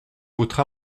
votre